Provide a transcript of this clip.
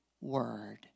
word